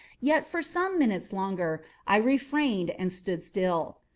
yet, for some minutes longer i refrained and stood still.